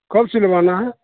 कब सिलवाना है